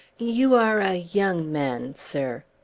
you are a young man, sir!